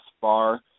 far